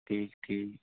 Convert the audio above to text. ٹھیٖک ٹھیٖک